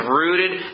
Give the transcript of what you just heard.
rooted